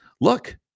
look